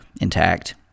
intact